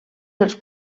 dels